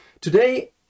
today